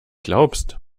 glaubst